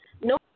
no